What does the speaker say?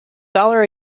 dollar